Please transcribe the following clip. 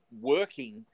working